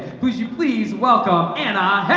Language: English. who's you please welcome anna?